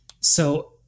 So-